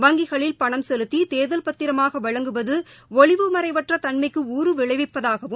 வங்கிகளில் பணம் செலுத்திதேர்தல் பத்திரமாகவழங்குவதுஒளிவுமறைவற்றதன்மைக்கு ஊறு விளைவிப்பதாகவும்